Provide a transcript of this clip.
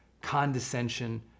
condescension